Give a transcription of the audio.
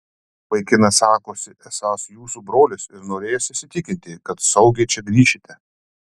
vaikinas sakosi esąs jūsų brolis ir norėjęs įsitikinti kad saugiai čia grįšite